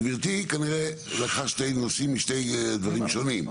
גברתי כנראה לקחה שני נושאים משני דברים שונים.